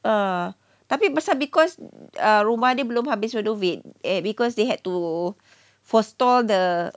ah tapi besar because rumah dia belum habis renovate eh because they had to for stall the